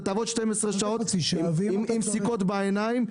אתה תעבוד 12 שעות עם סיכות בעיניים,